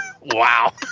Wow